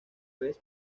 vez